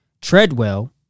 Treadwell